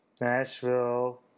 Nashville